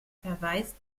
verweist